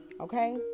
Okay